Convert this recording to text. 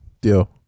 Deal